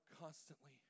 constantly